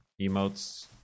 emotes